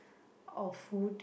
of food